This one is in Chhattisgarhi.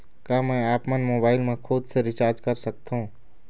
का मैं आपमन मोबाइल मा खुद से रिचार्ज कर सकथों?